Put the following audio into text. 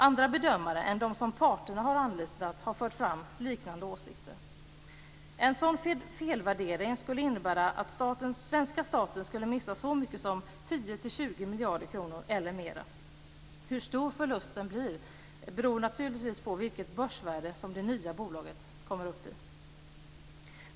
Andra bedömare än de som parterna har anlitat har fört fram liknande åsikter. En sådan felvärdering skulle innebära att svenska staten skulle missa så mycket som 10-20 miljarder kronor eller mera. Hur stor förlusten blir beror naturligtvis på vilket börsvärde som det nya bolaget kommer upp i.